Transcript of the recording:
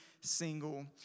single